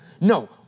no